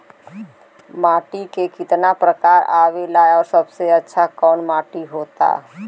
माटी के कितना प्रकार आवेला और सबसे अच्छा कवन माटी होता?